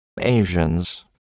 Asians